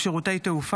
הרשימה הערבית המאוחדת):